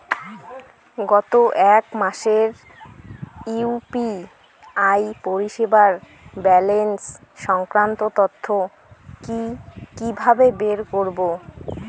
গত এক মাসের ইউ.পি.আই পরিষেবার ব্যালান্স সংক্রান্ত তথ্য কি কিভাবে বের করব?